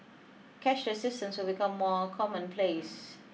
cashless systems will become more commonplace